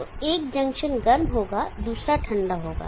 तो एक जंक्शन गर्म होगा दूसरा ठंडा होगा